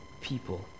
people